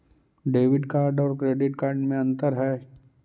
Debit card और credit card में अन्तर है?